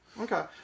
Okay